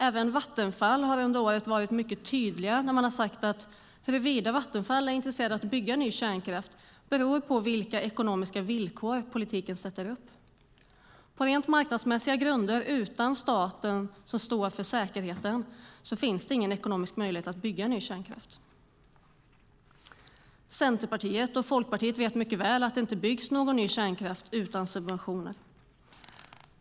Även Vattenfall har under året mycket tydligt sagt att huruvida Vattenfall är intresserat av att bygga ny kärnkraft beror på vilka ekonomiska villkor politiken sätter upp. På rent marknadsmässiga grunder, utan att staten står för säkerheten, finns det ingen ekonomisk möjlighet att bygga ny kärnkraft. Centerpartiet och Folkpartiet vet mycket väl att det inte byggs någon ny kärnkraft utan subventioner.